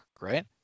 right